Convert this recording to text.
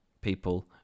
people